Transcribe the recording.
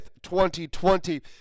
2020